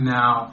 now